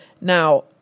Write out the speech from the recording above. Now